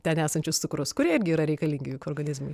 ten esančius cukrus kurie irgi yra reikalingi juk organizmui